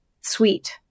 sweet